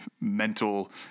mental